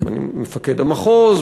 מפקד המחוז,